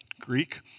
Greek